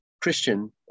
Christian